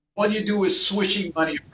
all you do is switching money